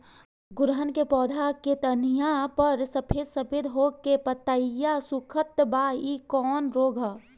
गुड़हल के पधौ के टहनियाँ पर सफेद सफेद हो के पतईया सुकुड़त बा इ कवन रोग ह?